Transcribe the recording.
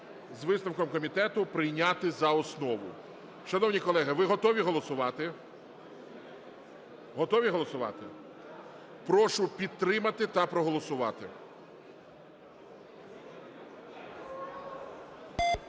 з висновком комітету прийняти за основу. Шановні колеги, ви готові голосувати? Готові голосувати? Прошу підтримати та проголосувати.